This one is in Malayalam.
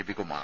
രവികുമാർ